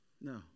No